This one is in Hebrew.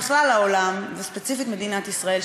בכלל העולם וספציפית מדינת ישראל,